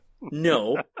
no